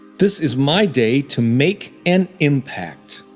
this is my day to make an impact.